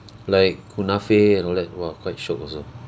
like kunafe and all that !wah! quite shiok also